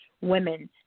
women